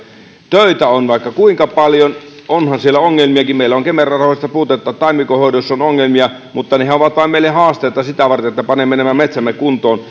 töitä on vaikka kuinka paljon onhan siellä ongelmiakin meillä on kemera rahoista puutetta taimikon hoidossa on ongelmia mutta nehän ovat meille vain haasteita sitä varten että panemme nämä metsämme kuntoon